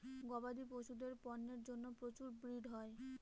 গবাদি পশুদের পন্যের মধ্যে প্রচুর ব্রিড হয়